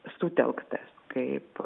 sutelktas kaip